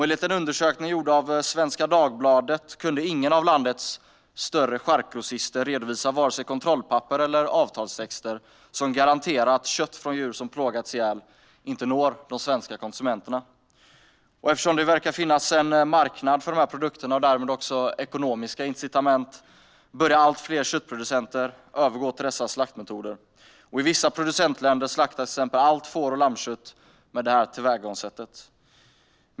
Enligt en undersökning gjord av Svenska Dagbladet kunde ingen av landets större charkgrossister redovisa vare sig kontrollpapper eller avtalstexter som garanterar att kött från djur som plågats ihjäl inte når de svenska konsumenterna. Eftersom det verkar finnas en marknad för de här produkterna och därmed också ekonomiska incitament börjar allt fler köttproducenter övergå till dessa slaktmetoder. I vissa producentländer slaktas till exempel allt får och lammkött med det här tillvägagångssättet.